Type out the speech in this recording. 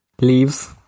leaves